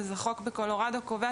אז החוק בקולורדו קובע